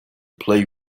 play